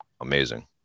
amazing